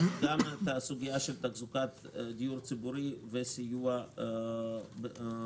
גם בסוגיה של תחזוקת דיור ציבורי וסיוע בדיור.